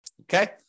okay